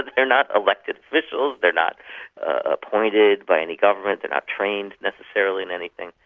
they're not elected officials, they're not appointed by any government, they're not trained necessarily in anything.